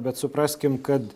bet supraskim kad